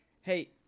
Hey—